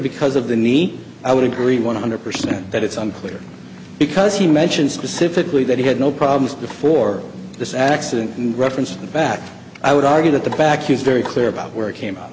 because of the knee i would agree one hundred percent that it's unclear because he mentions specifically that he had no problems before this accident and referenced the back i would argue that the back use very clear about where it came